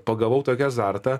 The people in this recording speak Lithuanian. pagavau tokį azartą